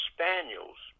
Spaniels